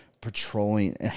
Patrolling